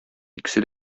икесе